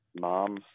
mom